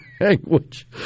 language